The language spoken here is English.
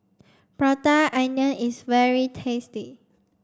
Prata Onion is very tasty